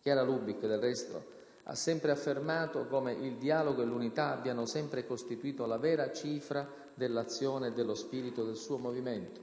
Chiara Lubich, del resto, ha sempre affermato come il dialogo e l'unità abbiano sempre costituito la vera cifra dell'azione e dello spirito del suo Movimento,